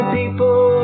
people